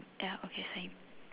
ya okay same